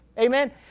Amen